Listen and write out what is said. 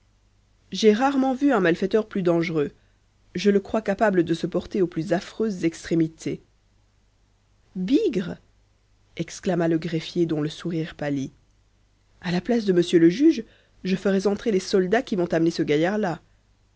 j'ai rarement vu un malfaiteur plus dangereux je le crois capable de se porter aux plus affreuses extrémités bigre exclama le greffier dont le sourire pâlit à la place de monsieur le juge je ferais entrer les soldats qui vont amener ce gaillard-là